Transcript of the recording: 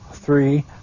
Three